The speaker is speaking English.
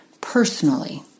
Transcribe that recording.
personally